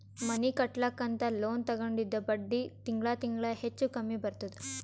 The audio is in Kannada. ಮನಿ ಕಟ್ಲಕ್ ಅಂತ್ ಲೋನ್ ತಗೊಂಡಿದ್ದ ಬಡ್ಡಿ ತಿಂಗಳಾ ತಿಂಗಳಾ ಹೆಚ್ಚು ಕಮ್ಮಿ ಬರ್ತುದ್